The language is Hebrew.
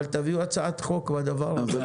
אבל תביאו הצעת חוק בעניין הזה.